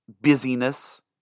busyness